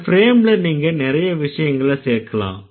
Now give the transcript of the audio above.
இந்த ஃப்ரேம்ல நீங்க நிறைய விஷயங்களை சேர்க்கலாம்